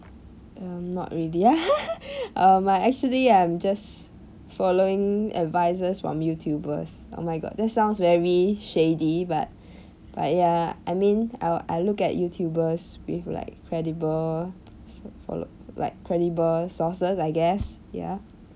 um not really um I actually I'm just following advices from youtubers oh my god that sounds very shady but but ya I mean I'll I'll look at youtubers with like credible follow like credible sources I guess ya